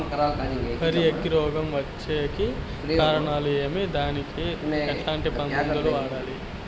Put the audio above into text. వరి అగ్గి రోగం వచ్చేకి కారణాలు ఏమి దానికి ఎట్లాంటి మందులు వాడాలి?